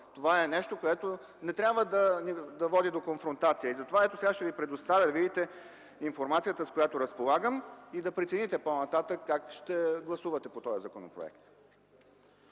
това е нещо, което не трябва да води до конфронтация. Сега ще ви предоставя информацията, с която разполагам, а вие да прецените по-нататък как ще гласувате по този законопроект.